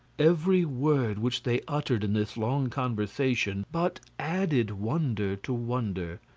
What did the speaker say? every word which they uttered in this long conversation but added wonder to wonder.